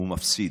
הוא מפסיד,